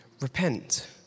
repent